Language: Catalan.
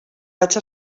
vaig